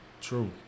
True